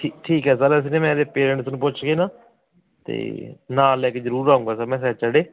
ਠੀ ਠੀਕ ਹੈ ਸਰ ਫਿਰ ਮੈਂ ਆਪਦੇ ਪੇਰੈਂਟਸ ਨੂੰ ਪੁੱਛ ਕੇ ਨਾ ਅਤੇ ਨਾਲ ਲੈ ਕੇ ਜ਼ਰੂਰ ਆਊਂਗਾ ਸਰ ਮੈਂ ਸੈਚਰਡੇਅ